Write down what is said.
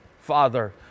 Father